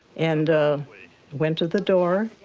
and went to the door,